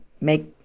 make